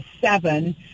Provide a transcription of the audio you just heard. seven